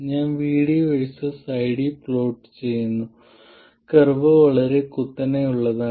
ഞാൻ VD versus ID plot ചെയ്യുന്നു curve വളരെ കുത്തനെയുള്ളതാണ്